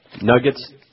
nuggets